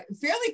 fairly